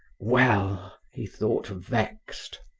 well! he thought, vexed,